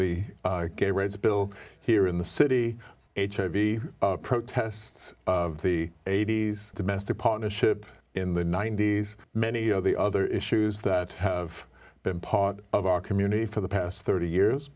the gay rights bill here in the city hiv protests of the eighty's domestic partnership in the ninety's many of the other issues that have been part of our community for the past thirty years